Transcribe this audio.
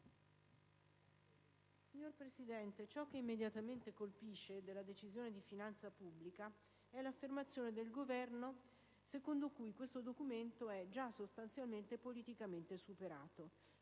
Signor Presidente, ciò che immediatamente colpisce della Decisione di finanza pubblica è l'affermazione del Governo secondo cui tale documento è già «sostanzialmente e politicamente superato»,